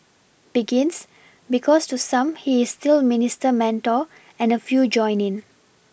begins because to some he is still Minister Mentor and a few join in